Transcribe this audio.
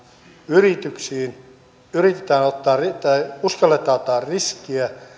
yrityksiin uskalletaan ottaa riskiä